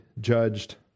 judged